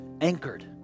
anchored